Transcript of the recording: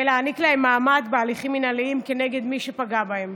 ולהעניק להם מעמד בהליכים המתנהלים כנגד מי שפגע בהם.